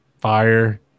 Fire